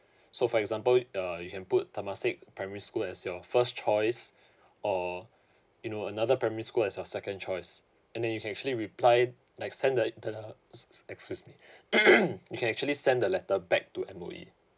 so for example uh you can put temasek primary school as your first choice or you know another primary school as you second choice and then you can actually reply like send the the ex~ excuse me you can actually send the letter back to M_O_E